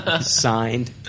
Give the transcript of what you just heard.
Signed